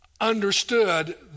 understood